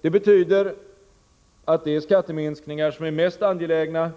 Det betyder att de skatteminskningar som är mest angelägna